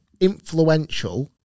influential